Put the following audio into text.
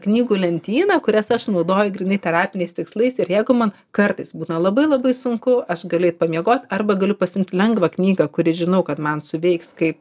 knygų lentyną kurias aš naudoju grynai terapiniais tikslais ir jeigu man kartais būna labai labai sunku aš galiu eit pamiegot arba galiu pasiimti lengvą knygą kuri žinau kad man suveiks kaip